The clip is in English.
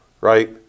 right